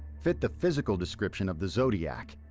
fit the physical description of the zodiac,